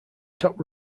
top